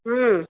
ಹ್ಞೂ